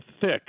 thick